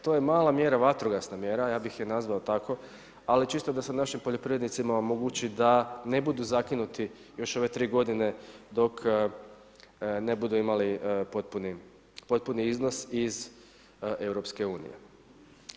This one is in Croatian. To je mala mjera, vatrogasna mjera ja bih je nazvao tako ali čisto da se našim poljoprivrednicima omogući da ne budu zakinuti još ove tri godine dok ne budu imali potpuni iznos iz Europske unije.